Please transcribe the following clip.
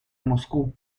moscú